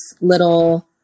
little